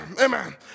Amen